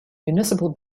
municipal